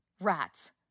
Rats